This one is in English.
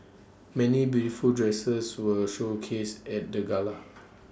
many beautiful dresses were showcased at the gala